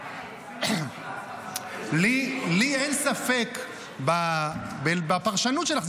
לי אין ספק בפרשנות שלך.